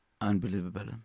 unbelievable